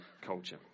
culture